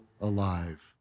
alive